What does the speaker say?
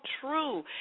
true